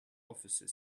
officer